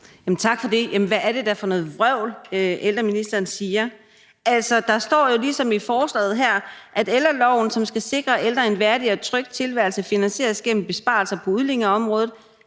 Tak for det. Jamen hvad er det da for noget vrøvl, ældreministeren siger. Altså, der står jo ligesom i forslaget her, at ældreloven, som skal sikre ældre en værdig og tryg tilværelse, finansieres gennem besparelser på udlændingeområdet,